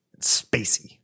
spacey